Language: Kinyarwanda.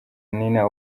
nina